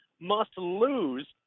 must-lose